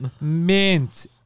mint